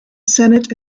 senate